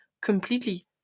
completely